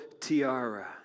tiara